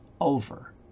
Over